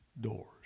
doors